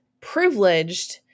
privileged